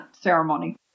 ceremony